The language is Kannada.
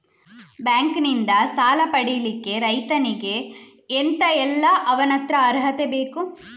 ಬ್ಯಾಂಕ್ ನಿಂದ ಸಾಲ ಪಡಿಲಿಕ್ಕೆ ರೈತನಿಗೆ ಎಂತ ಎಲ್ಲಾ ಅವನತ್ರ ಅರ್ಹತೆ ಬೇಕು?